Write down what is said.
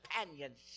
companionship